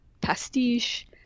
pastiche